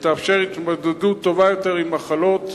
ותאפשר התמודדות טובה יותר עם מחלות.